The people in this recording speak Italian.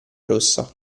rossa